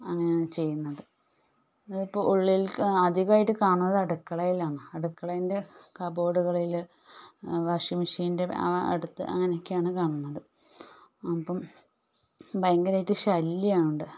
അങ്ങനെയാണ് ചെയ്യുന്നത് ഇത് ഇപ്പം ഉള്ളിലേക്ക് അധികമായിട്ട് കാണുന്നത് അടുക്കളയിലാണ് അടുക്കളേൻ്റെ കബോർഡുകളിൽ വാഷിംഗ് മെഷീൻ്റെ അടുത്ത് അങ്ങനെയൊക്കെയാണ് കാണുന്നത് അപ്പം ഭയങ്കരമായിട്ട് ശല്യമാവുണ്ട്